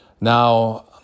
Now